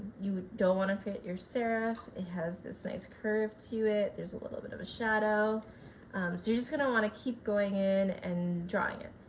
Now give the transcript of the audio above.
you don't want to fit your serif it has this nice curve to it there's a little bit of a shadow so you're just going to want to keep going in and drawing it.